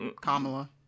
Kamala